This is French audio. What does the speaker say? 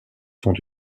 sont